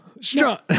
strong